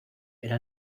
era